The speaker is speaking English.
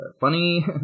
funny